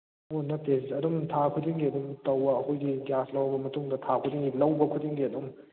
ꯑꯣ ꯅꯠꯇꯦ ꯑꯗꯨꯝ ꯊꯥ ꯈꯨꯗꯤꯡꯒꯤ ꯑꯗꯨꯝ ꯇꯧꯕ ꯑꯩꯈꯣꯏꯒꯤ ꯒ꯭ꯌꯥꯁ ꯂꯧꯕ ꯃꯇꯨꯡꯗ ꯊꯥ ꯈꯨꯗꯤꯡꯒꯤ ꯂꯧꯕ ꯈꯨꯗꯤꯡꯒꯤ ꯑꯗꯨꯝ